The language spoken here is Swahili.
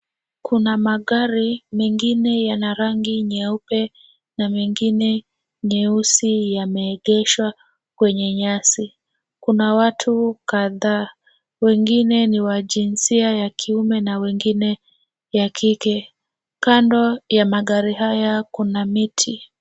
Kuna magari mengine yana rangi nyeupe na mengine nyeusi yameegeshwa kwenye nyasi. Kuna watu kadhaa, wengine ni wa jinsia ya kiume na wengine ya kike. Kando ya magari haya kuna miti.